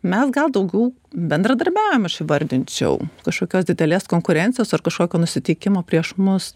mes gal daugiau bendradarbiavimą aš įvardinčiau kažkokios didelės konkurencijos ar kažkokio nusiteikimo prieš mus